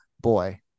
Boy